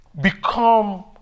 become